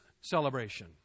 celebration